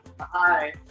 Hi